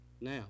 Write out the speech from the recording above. Now